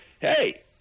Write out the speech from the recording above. Hey